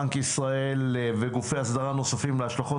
בנק ישראל וגופי אסדרה נוספים להשלכות